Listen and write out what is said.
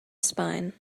spine